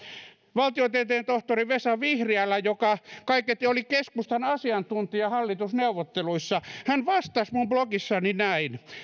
valtiotieteen tohtori vesa vihriälä joka kaiketi oli keskustan asiantuntija hallitusneuvotteluissa vastasi blogissani näin